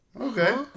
Okay